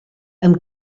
amb